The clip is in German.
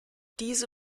diese